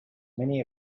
many